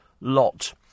lot